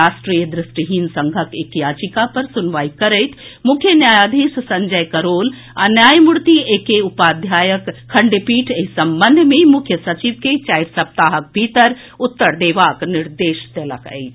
राष्ट्रीय दृष्टिहीन संघक एक याचिका पर सुनवाई करैत मुख्य न्यायाधीश संजय करोल आ न्यायमूर्ति ए के उपाध्यायक खंडपीठ एहि संबंध मे मुख्य सचिव के चारि सप्ताहक भीतर उत्तर देबाक निर्देश देलक अछि